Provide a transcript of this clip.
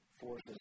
forces